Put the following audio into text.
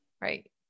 right